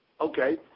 Okay